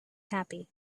happy